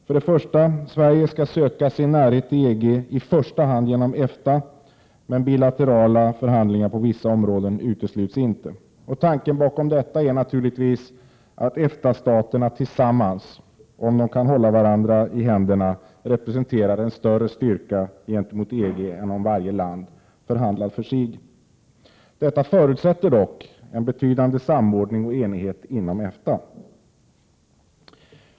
För det första: Sverige skall söka sin närhet till EG i första hand genom EFTA, men bilaterala förhandlingar på vissa områden utesluts inte. Tanken bakom detta är naturligtvis att EFTA-staterna tillsammans, om de så att säga kan hålla varandra i händerna, representerar en större styrka gentemot EG än om varje land förhandlar för sig. Detta förutsätter dock en betydande samordning och enighet inom EFTA.